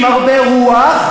עם הרבה רוח,